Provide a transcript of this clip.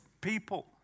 people